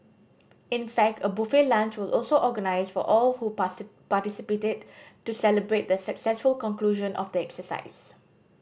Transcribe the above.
in fact a buffet lunch was also organised for all who participated to celebrate the successful conclusion of the exercise